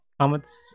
comments